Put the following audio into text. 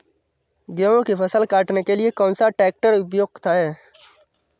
गेहूँ की फसल काटने के लिए कौन सा ट्रैक्टर उपयुक्त है?